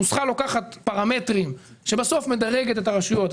הנוסחה לוקחת פרמטרים ובסוף מדרגת את הרשויות.